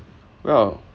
well